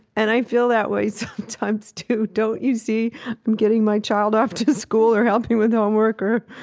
and i feel that way sometimes too. don't you see i'm getting my child off to to school or helping with homework or,